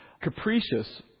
capricious